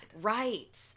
Right